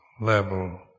level